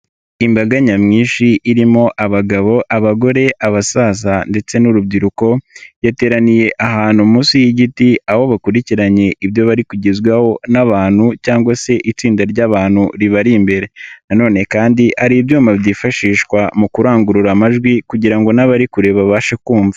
Imbaga nyamwinshi irimo abagabo, abagore, abasaza ndetse n'urubyiruko, yateraniye ahantu munsi y'igiti aho bakurikiranye ibyo bari kugezwaho n'abantu cyangwa se itsinda ry'abantu ribari imbere. Na none kandi hari ibyuma byifashishwa mu kurangurura amajwi kugira ngo n'abari kure babashe kumva.